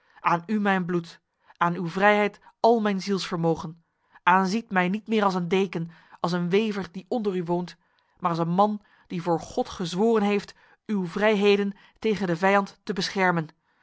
aan u mijn bloed aan uw vrijheid al mijn zielsvermogen aanziet mij niet meer als een deken als een wever die onder u woont maar als een man die voor god gezworen heeft uw vrijheden tegen de vijand te beschermen